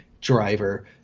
Driver